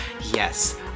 yes